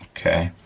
okay?